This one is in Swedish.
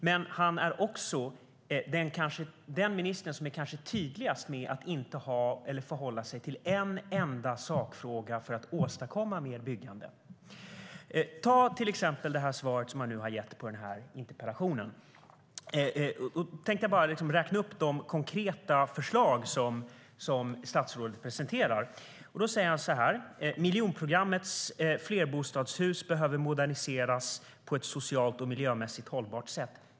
Men han är kanske också den minister som allra tydligast inte förhåller sig till en enda sakfråga för att åstadkomma mer byggande. Man kan till exempel ta det svar han nu har gett på interpellationen. Jag tänkte räkna upp de konkreta förslag som statsrådet presenterar. Han säger att miljonprogrammets flerbostadshus behöver moderniseras på ett socialt och miljömässigt hållbart sätt.